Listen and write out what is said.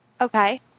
Okay